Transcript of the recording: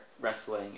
wrestling